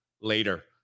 later